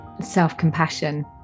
self-compassion